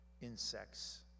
insects